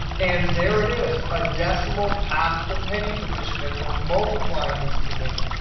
and there it is, a decimal past the penny position, and we're multiplying these two things.